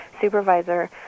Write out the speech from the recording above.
supervisor